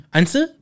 answer